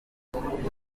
ndangamuntu